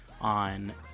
on